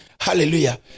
Hallelujah